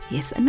Yes